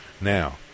Now